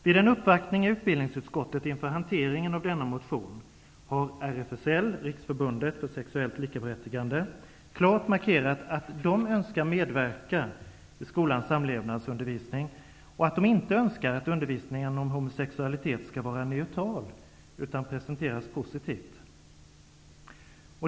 Vid en uppvaktning i utbildningsutskottet inför hanteringen av denna motion har RFSL, Riksförbundet för sexuellt likaberättigande, klart markerat att man från RFSL önskar medverka i skolans samlevnadsundervisning, och att man inte önskar att undervisningen om homosexualitet skall vara neutral, utan att den skall presenteras positivt.